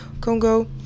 Congo